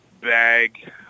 bag